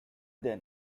then